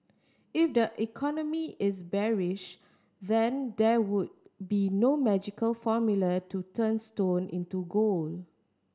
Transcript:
if the economy is bearish then there would be no magical formula to turn stone into gold